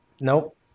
Nope